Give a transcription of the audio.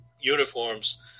uniforms